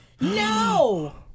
No